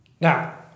Now